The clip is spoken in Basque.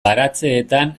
baratzeetan